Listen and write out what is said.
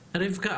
להיום,